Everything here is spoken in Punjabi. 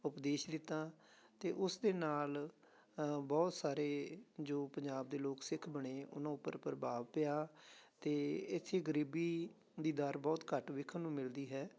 ਉਪਦੇਸ਼ ਦਿੱਤਾ ਅਤੇ ਉਸ ਦੇ ਨਾਲ ਬਹੁਤ ਸਾਰੇ ਜੋ ਪੰਜਾਬ ਦੇ ਲੋਕ ਸਿੱਖ ਬਣੇ ਉਹਨਾਂ ਉੱਪਰ ਪ੍ਰਭਾਵ ਪਿਆ ਅਤੇ ਇੱਥੇ ਗਰੀਬੀ ਦੀ ਦਰ ਬਹੁਤ ਘੱਟ ਦੇਖਣ ਨੂੰ ਮਿਲਦੀ ਹੈ